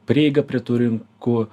prieiga prie tų rin kų